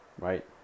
right